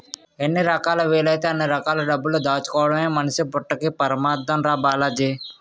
ఎన్ని రకాలా వీలైతే అన్ని రకాల డబ్బులు దాచుకోడమే మనిషి పుట్టక్కి పరమాద్దం రా బాలాజీ